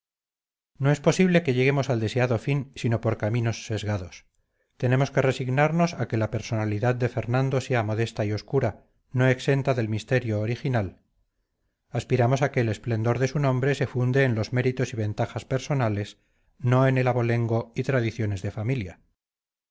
no es posible que lleguemos al deseado fin sino por caminos sesgados tenemos que resignarnos a que la personalidad de fernando sea modesta y obscura no exenta del misterio original aspiramos a que el esplendor de su nombre se funde en los méritos y ventajas personales no en el abolengo y tradiciones de familia